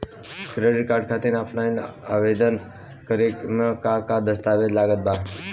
Credit card खातिर offline आवेदन करे म का का दस्तवेज लागत बा?